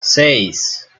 seis